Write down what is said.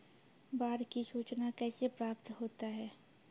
बाढ की सुचना कैसे प्राप्त होता हैं?